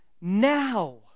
now